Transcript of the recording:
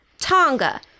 Tonga